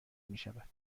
میشود